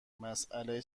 مسئله